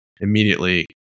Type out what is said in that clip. immediately